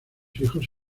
hijos